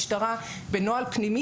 לא יכול להיות שהמשטרה בנוהל פנימי